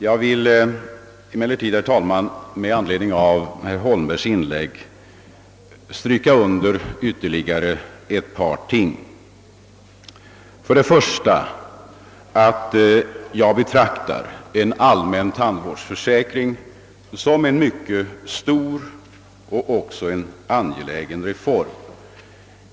Jag vill emellertid, herr talman, med anledning av herr Holmbergs inlägg understryka ytterligare ett par saker. För det första vill jag framhålla att jag betraktar en allmän tandvårdsförsäkring som en mycket stor och angelägen reform.